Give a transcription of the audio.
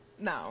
No